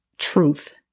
truth